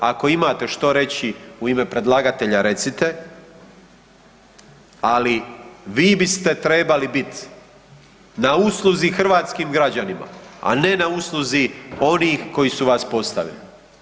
Ako imate što reći u ime predlagatelja recite, ali vi biste trebali biti na usluzi hrvatskim građanima, a ne na usluzi onih koji su vas postavili.